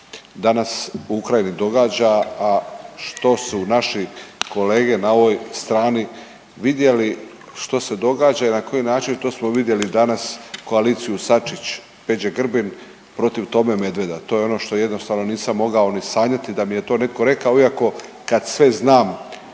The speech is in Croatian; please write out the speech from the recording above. danas u Ukrajini događa, a što su naši kolege na ovoj strani vidjeli što se događa i na koji način to smo vidjeli danas koaliciju Sačić, Peđe Grbin protiv Tome Medveda. To je ono što jednostavno nisam mogao ni sanjati da mi je to neko rekao iako kad sve znam,